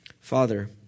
Father